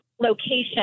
Location